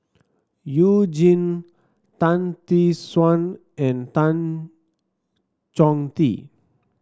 You Jin Tan Tee Suan and Tan Chong Tee